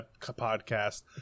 podcast